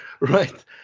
Right